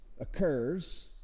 occurs